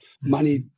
money